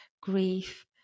grief